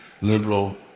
liberal